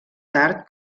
tard